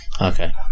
Okay